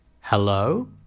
Hello